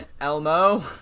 Elmo